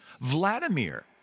Vladimir